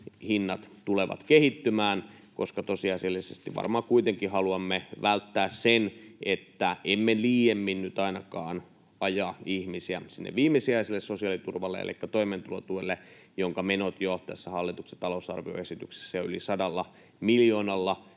hinnat tulevat kehittymään, koska tosiasiallisesti varmaan kuitenkin haluamme varmistaa sen, että emme ainakaan liiemmin nyt aja ihmisiä sinne viimesijaiselle sosiaaliturvalle elikkä toimeentulotuelle, jonka menot jo tässä hallituksen talousarvioesityksessä yli 100 miljoonalla